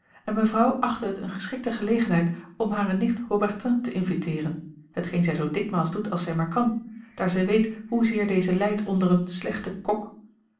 en mevrouw achtte het eene geschikte gelegenheid om hare nicht haubertin te inviteeren hetgeen zij zoo dikmaals doet als zij maar kan daar zij weet hoezeer deze lijdt onder een slechten kok